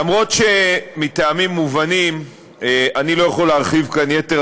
אף שמטעמים מובנים אני לא יכול להרחיב כאן יתר